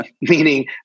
Meaning